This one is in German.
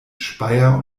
speyer